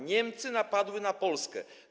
Niemcy napadły na Polskę.